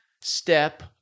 step